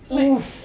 !oof!